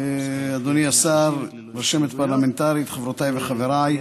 אדוני השר, רשמת פרלמנטרית, חברותיי וחבריי,